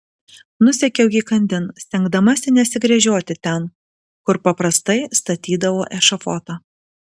nusekiau įkandin stengdamasi nesigręžioti ten kur paprastai statydavo ešafotą